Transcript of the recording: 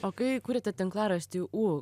o kai kuriate tinklaraštį ū